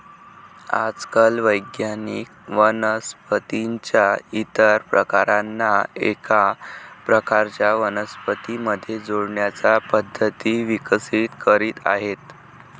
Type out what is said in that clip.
आजकाल वैज्ञानिक वनस्पतीं च्या इतर प्रकारांना एका प्रकारच्या वनस्पतीं मध्ये जोडण्याच्या पद्धती विकसित करीत आहेत